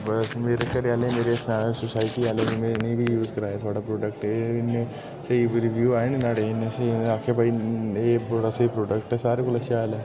बस मेरे घरै आह्ले मेरी सोसाइटी आह्ले में इ'नेंगी यूज़ कराया थोहाड़ा प्रोडक्ट ऐ इन्ने स्हेई रिव्यु आए न नाह्ड़े इन्ने स्हेई उ'नें आखेआ भाई एह् बड़ा स्हेई प्रोडक्ट ऐ सारे कोला शैल ऐ